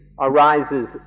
arises